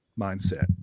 mindset